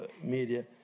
media